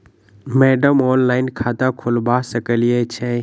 Madam online खाता खोलबा सकलिये छीयै?